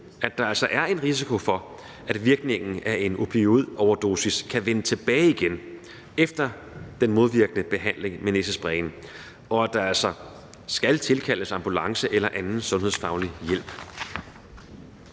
at der altså er en risiko for, at virkningen af en opioidoverdosis kan vende tilbage igen efter den modvirkende behandling med næsesprayen, og at der altså altid skal tilkaldes ambulance eller anden sundhedsfaglig hjælp.